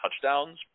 touchdowns